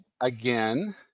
again